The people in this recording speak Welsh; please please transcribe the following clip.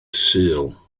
sul